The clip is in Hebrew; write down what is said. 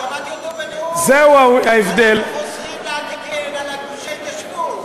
שמעתי אותו בנאום: אנחנו חוזרים להגן על גושי ההתיישבות.